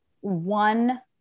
one